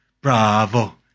Bravo